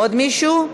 עוד מישהו?